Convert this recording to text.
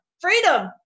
freedom